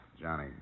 Johnny